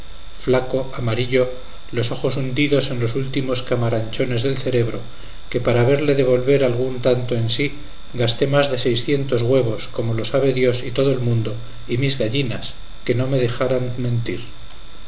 flaco amarillo los ojos hundidos en los últimos camaranchones del celebro que para haberle de volver algún tanto en sí gasté más de seiscientos huevos como lo sabe dios y todo el mundo y mis gallinas que no me dejaran mentir